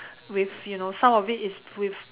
with you know some of it is with